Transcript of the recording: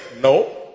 No